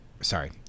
sorry